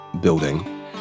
building